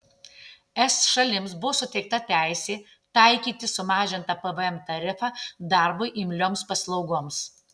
es šalims buvo suteikta teisė taikyti sumažintą pvm tarifą darbui imlioms paslaugoms